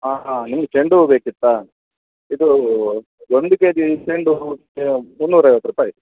ಹಾಂ ಹಾಂ ನಿಮ್ಗೆ ಚೆಂಡು ಹೂ ಬೇಕಿತ್ತಾ ಇದು ಒಂದು ಕೆಜಿ ಚೆಂಡು ಹೂವಕ್ಕೆ ಮುನ್ನೂರು ಐವತ್ತು ರೂಪಾಯಿ